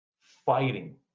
fighting